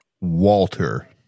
Walter